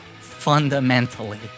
fundamentally